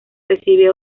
recibe